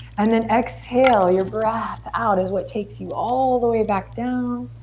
and then exhale, your breath out is what takes you all the way back down.